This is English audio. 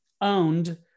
owned